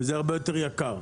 וזה הרבה יותר יקר.